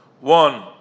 One